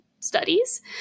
Studies